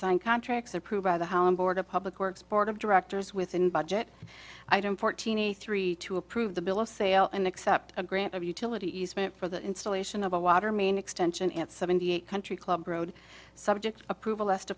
sign contracts approved by the board of public works board of directors within budget i don't fourteen eighty three to approve the bill of sale and accept a grant of utility easement for the installation of a water main extension at seventy eight country club road subject approval less to